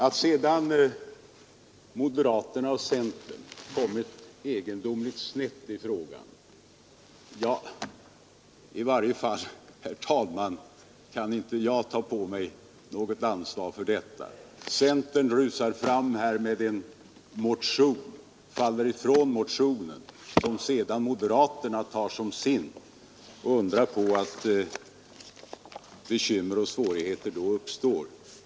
Att sedan moderaterna och centern kommit egendomligt snett i frågan kan i varje fall inte jag, herr talman, ta på mig något ansvar för. Centern rusar fram med en motion och faller ifrån motionen, som sedan moderaterna gör till sin. Undra på att bekymmer och svårigheter då uppstår.